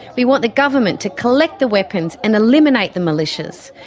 we want the government to collect the weapons and eliminate the militias.